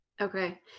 Okay